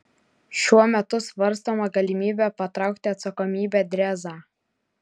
šiuo metu svarstoma galimybė patraukti atsakomybėn drėzą